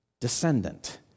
descendant